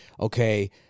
okay